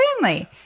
family